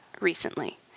recently